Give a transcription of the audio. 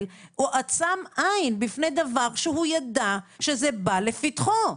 או עצם עין בפני דבר שהוא ידע שזה בא לפתחו.